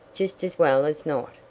just as well as not,